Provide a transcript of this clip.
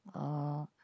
uh